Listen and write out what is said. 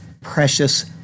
precious